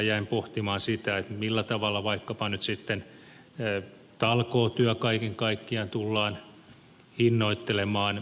jäin pohtimaan sitä millä tavalla vaikkapa nyt talkootyö kaiken kaikkiaan tullaan hinnoittelemaan